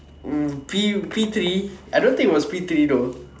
um P P three I don't think it was P three though